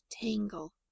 tangle